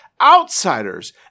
outsiders